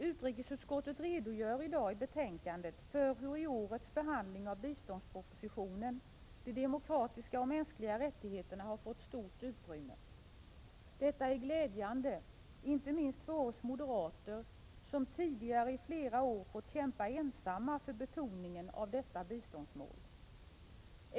Utrikesutskottet redogör i betänkandet för hur de demokratiska och mänskliga rättigheterna i årets behandling av biståndspropositionen fått stort utrymme. Detta är glädjande, inte minst för oss moderater som tidigare i flera år fått kämpa ensamma för betoningen av detta biståndsmål.